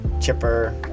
chipper